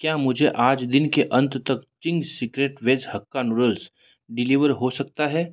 क्या मुझे आज दिन के अंत तक Ching's secret veg hakka noodles deliver हो सकता है